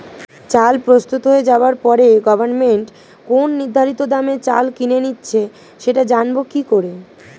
চাল প্রস্তুত হয়ে যাবার পরে গভমেন্ট কোন নির্ধারিত দামে চাল কিনে নিচ্ছে সেটা জানবো কি করে?